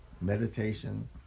meditation